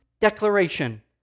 declaration